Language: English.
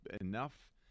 enough